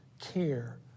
care